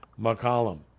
McCollum